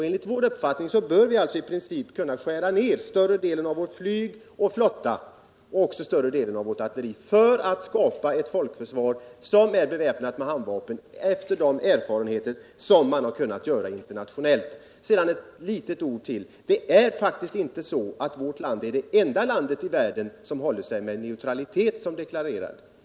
Enligt vår uppfattning bör vi alltså i princip kunna skära ner större delen av vårt flyg och vår flotta och också större delen av vårt artilleri för att skapa ett folkförsvar som är beväpnat med handvapen, efter de erfarenheter man har kunnat göra internationellt. Vårt land är faktiskt inte det enda landet i världen som deklarerat sin neutralitet.